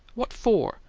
what for?